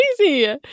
crazy